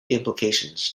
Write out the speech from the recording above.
implications